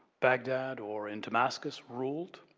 baghdad or in damascus ruled.